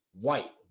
white